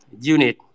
unit